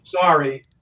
sorry